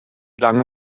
lange